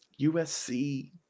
USC